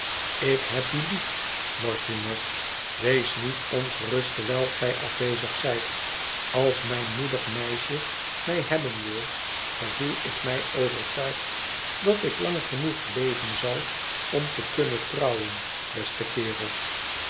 ik heb u lief mortimer wees niet ongerust terwijl gij afwezig zijt als mijn moedig meisje mij hebben wil gevoel ik mij overtuigd dat ik lang genoeg leven zal om te kunnen trouwen beste kerel